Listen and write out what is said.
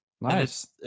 nice